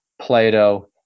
Plato